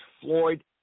Floyd